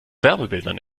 wärmebildern